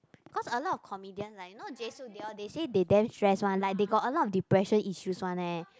cause a lot of comedian right you know jae-suk they all they say they damn stress one like they got a lot of depression issues one leh